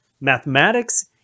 Mathematics